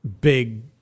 big